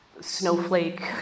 snowflake